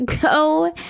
go